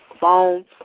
phone